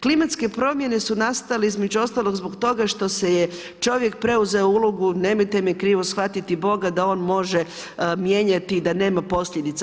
Klimatske promjene su nastali između ostalog zbog toga što se je čovjek preuzeo ulogu, nemojte me krivo shvatiti Boga da on može mijenjati i da nema posljedica.